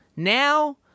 Now